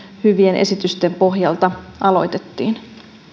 hyvien esitysten pohjalta aloitettiin